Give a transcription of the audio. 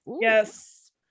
yes